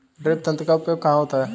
Drip तंत्र का उपयोग कहाँ होता है?